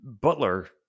Butler